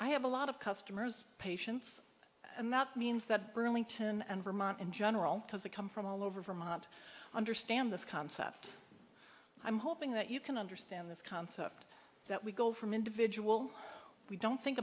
i have a lot of customers patients and that means that burlington and vermont in general because they come from all over vermont understand this concept i'm hoping that you can understand this concept that we go from individual we don't think